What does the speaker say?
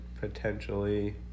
potentially